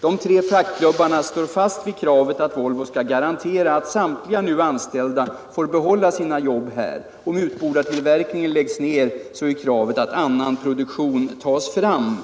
De tre fackklubbarna står fast vid kravet att Volvo ska garantera att samtliga nu anställda får behålla sina jobb här. Om utbordartillverkningen läggs ner, så är kravet att annan produktion ska tas hem.”